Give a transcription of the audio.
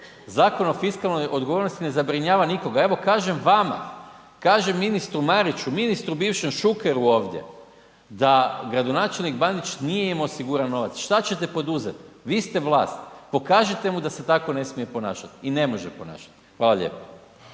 Zakon o fiskalnoj odgovornosti ne zabrinjava nikoga, evo kažem vama, kažem ministru Mariću, ministru bivšem Šukeru ovdje da gradonačelnik Bandić nije imao osiguran novac, šta ćete poduzet, vi ste vlast, pokažite mu da se tako ne smije ponašat i ne može ponašat. Hvala lijepo.